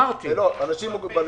ואנשים עם מוגבלויות.